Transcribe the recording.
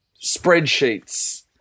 spreadsheets